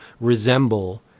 resemble